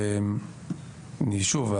שוב,